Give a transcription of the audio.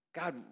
God